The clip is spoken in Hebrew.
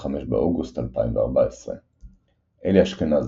25 באוגוסט 2014 אלי אשכנזי,